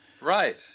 Right